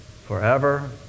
forever